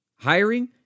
Hiring